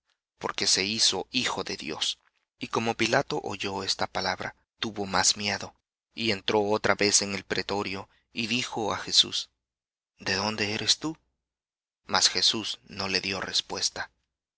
porque se hizo hijo de dios y como pilato oyó esta palabra tuvo más miedo y entró otra vez en el pretorio y dijo á jesús de dónde eres tú mas jesús no le dió respuesta